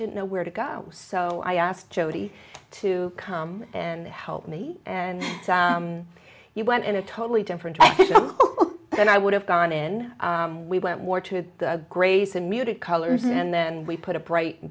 didn't know where to go so i asked jodi to come and help me and you went in a totally different and i would have gone in we went more to grace and muted colors and then we put a bright